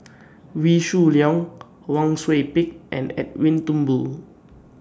Wee Shoo Leong Wang Sui Pick and Edwin Thumboo